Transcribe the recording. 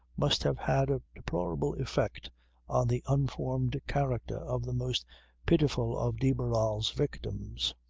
must have had a deplorable effect on the unformed character of the most pitiful of de barral's victims.